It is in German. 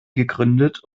gegründet